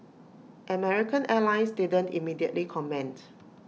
American airlines didn't immediately comment